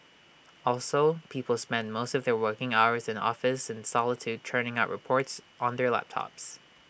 also people spend most of their working hours in office in solitude churning out reports on their laptops